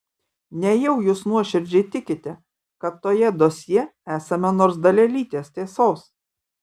nejau jūs nuoširdžiai tikite kad toje dosjė esama nors dalelytės tiesos